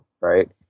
Right